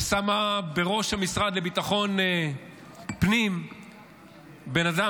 ושמה בראש המשרד לביטחון פנים בן אדם